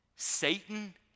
Satan